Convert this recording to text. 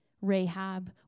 Rahab